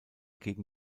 gegen